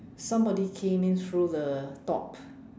somebody came in through the top